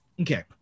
okay